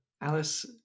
alice